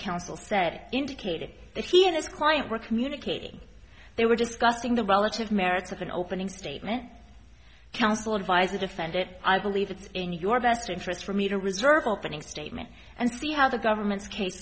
counsel said indicated that he and his client were communicating they were discussing the relative merits of an opening statement counsel advised to defend it i believe it's in your best interest for me to reserve opening statement and see how the government's